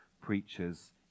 preacher's